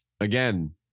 Again